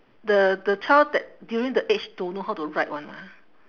the the child that during the age don't know how to write [one] ah